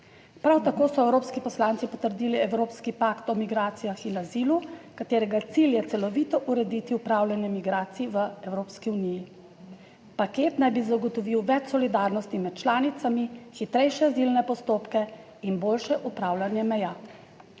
Prav tako so evropski poslanci potrdili evropski pakt o migracijah in azilu, katerega cilj je celovito urediti upravljanje migracij v Evropski uniji. Paket naj bi zagotovil več solidarnosti med članicami, hitrejše azilne postopke in boljše upravljanje meja.